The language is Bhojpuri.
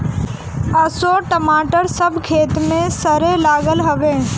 असो टमाटर सब खेते में सरे लागल हवे